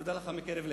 תודה לך מקרב לב.